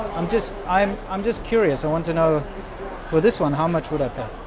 i'm just, i'm i'm just curious. i want to know for this one. how much would i pay?